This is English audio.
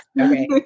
Okay